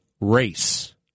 race